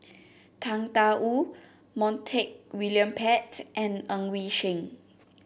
Tang Da Wu Montague William Pett and Ng Yi Sheng